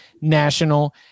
national